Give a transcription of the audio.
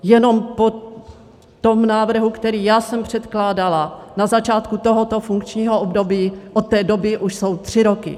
Jenom po tom návrhu, který já jsem předkládala na začátku tohoto funkčního období, od té doby už jsou tři roky.